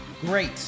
Great